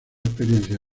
experiencia